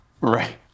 Right